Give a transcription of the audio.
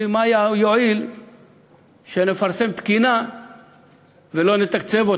כי מה יועיל שנפרסם תקינה ולא נתקצב אותה,